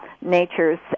nature's